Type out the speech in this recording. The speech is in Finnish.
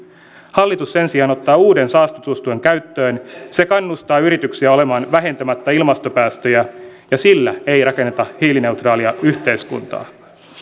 hallitus sen sijaan ottaa uuden saastutustuen käyttöön se kannustaa yrityksiä olemaan vähentämättä ilmastopäästöjä ja sillä ei rakenneta hiilineutraalia yhteiskuntaa